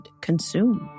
consumed